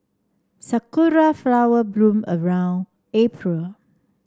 sakura flower bloom around April